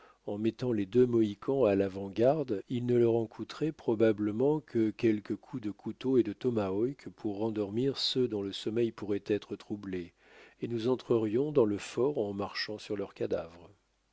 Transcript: en mettant les deux mohicans à l'avant-garde il ne leur en coûterait probablement que quelques coups de couteau et de tomahawk pour rendormir ceux dont le sommeil pourrait être troublé et nous entrerions dans le fort en marchant sur leurs cadavres